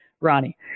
Ronnie